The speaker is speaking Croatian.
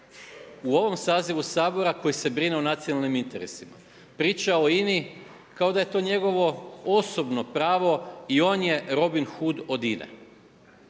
u ovom sazivu Sabora koji se brine o nacionalnim interesima. Priča o INA-i, kao da je to njegovo osobno pravo i on je Robin Hood od INA-e.